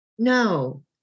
No